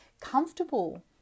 comfortable